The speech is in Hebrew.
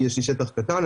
יש לי שטח קטן,